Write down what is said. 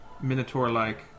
minotaur-like